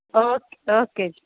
okay okay ਜੀ